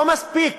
לא מספיק.